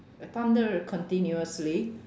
a thunder continuously